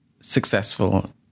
successful